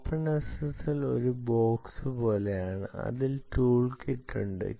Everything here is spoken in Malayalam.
ഓപ്പൺഎസ്എസ്എൽ ഒരു ബോക്സ് പോലെയാണ് അതിൽ ടൂൾ കിറ്റ് ഉണ്ട്